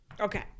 Okay